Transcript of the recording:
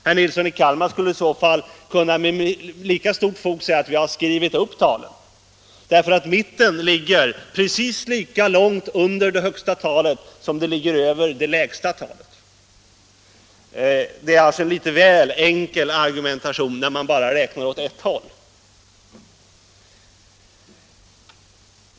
Herr Nilsson skulle i så fall med lika stort fog kunna säga att vi har skrivit upp talen, därför att mitten ligger precis lika långt under det högsta talet som den ligger över det lägsta talet. Det är en litet väl enkel argu sysselsättnings och regionalpolitik 130 mentation att bara räkna åt ett håll.